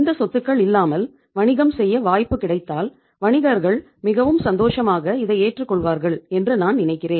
இந்த சொத்துக்கள் இல்லாமல் வணிகம் செய்ய வாய்ப்பு கிடைத்தால் வணிகர்கள் மிகவும் சந்தோஷமாக இதை ஏற்றுக் கொள்வார்கள் என்று நான் நினைக்கிறேன்